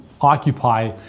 occupy